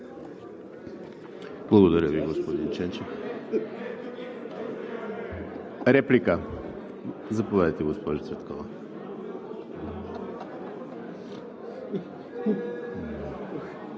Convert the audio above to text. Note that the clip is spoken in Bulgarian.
Благодаря Ви, господин Ченчев. Реплика – заповядайте, госпожо Цветкова.